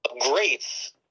greats